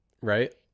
right